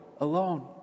alone